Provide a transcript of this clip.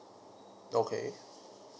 okay